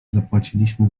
zapłaciliśmy